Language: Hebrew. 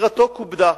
ובחירתו כובדה.